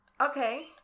okay